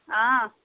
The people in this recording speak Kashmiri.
آ